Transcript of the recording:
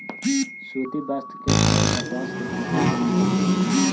सूति वस्त्र के धागा कपास के खेत से मिलऽ हई